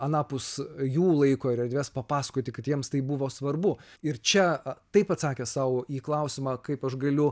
anapus jų laiko ir erdvės papasakoti kad jiems tai buvo svarbu ir čia taip atsakę sau į klausimą kaip aš galiu